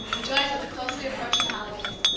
the joys of the closely approaching holidays.